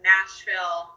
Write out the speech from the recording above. Nashville